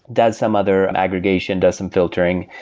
does some other aggregation, does some filtering,